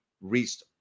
reached